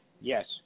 Yes